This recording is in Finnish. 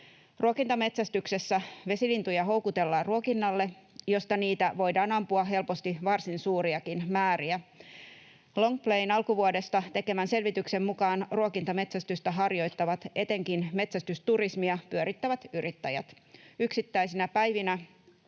Ruokintametsästyksessä vesilintuja houkutellaan ruokinnalle, josta niitä voidaan ampua helposti varsin suuriakin määriä. Long Playn alkuvuodesta tekemän selvityksen mukaan ruokintametsästystä harjoittavat etenkin metsästysturismia pyörittävät yrittäjät. Yksittäisinä päivinä